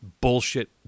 bullshit